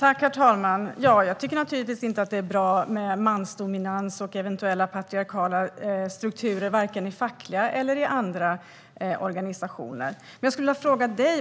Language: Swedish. Herr talman! Jag tycker naturligtvis inte att det är bra med mansdominans och eventuella patriarkala strukturer, varken i fackliga eller andra organisationer.